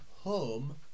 home